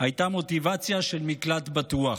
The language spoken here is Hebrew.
הייתה מוטיבציה של מקלט בטוח.